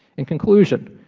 in conclusion,